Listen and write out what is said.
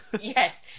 Yes